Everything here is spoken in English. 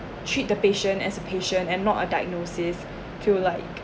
treat the patient as a patient and not a diagnosis to like